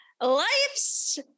life's